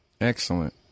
Excellent